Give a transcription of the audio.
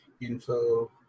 info